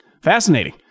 fascinating